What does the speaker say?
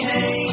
Hey